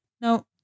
now